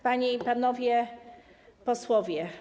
Panie i Panowie Posłowie!